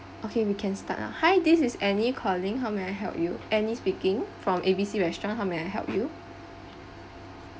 okay we can start ah hi this is annie calling how may I help you annie speaking from A_B_C restaurant how may I help you